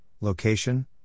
location